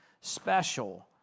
special